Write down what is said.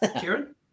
Kieran